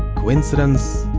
coincidence?